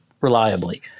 reliably